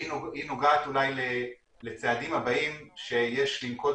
והיא נוגעת אולי לצעדים הבאים שיש לנקוט